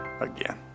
again